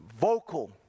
vocal